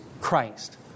Christ